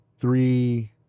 three